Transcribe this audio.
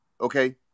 okay